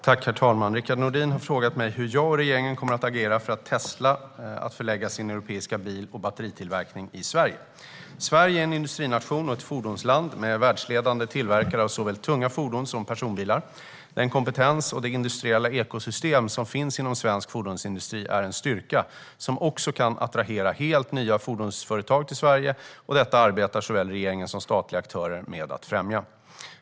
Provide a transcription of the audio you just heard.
Herr talman! Rickard Nordin har frågat mig hur jag och regeringen kommer att agera för att få Tesla att förlägga sin nya europeiska bil och batteritillverkning i Sverige. Sverige är en industrination och ett fordonsland med världsledande tillverkare av såväl tunga fordon som personbilar. Den kompetens och det industriella ekosystem som finns inom svensk fordonsindustri är en styrka som också kan attrahera helt nya fordonsföretag till Sverige, och detta arbetar såväl regeringen som statliga aktörer med att främja.